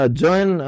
join